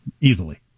easily